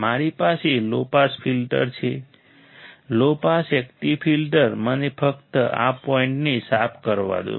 મારી પાસે low pass filter છે લો પાસ એકટીવ ફિલ્ટર મને ફક્ત આ પોઇન્ટને સાફ કરવા દો